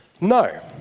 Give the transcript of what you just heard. no